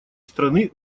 страны